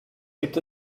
gibt